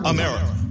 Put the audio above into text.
America